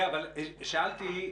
שאלתי,